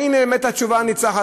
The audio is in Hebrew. והנה באמת התשובה הניצחת.